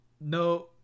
No